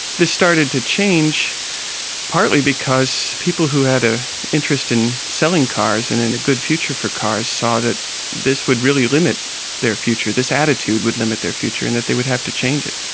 this started to change partly because people, who had an ah interest in selling cars and in a good future for cars, saw that this would really limit their future, this attitude would limit their future and that they would have to change it.